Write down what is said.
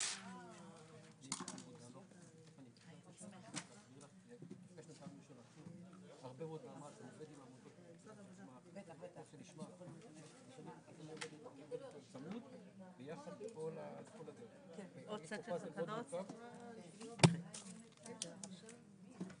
בשעה 11:02.